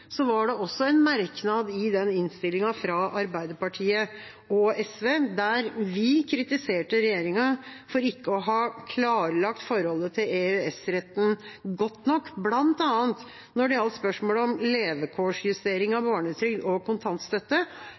var det en merknad i den innstillinga fra Arbeiderpartiet og SV der vi kritiserte regjeringa for ikke å ha klarlagt forholdet til EØS-retten godt nok, bl.a. når det gjaldt spørsmålet om levekårsjustering av barnetrygd og kontantstøtte,